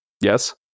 Yes